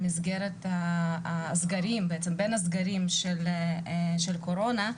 בין הסגרים של הקורונה,